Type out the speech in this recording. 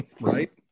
Right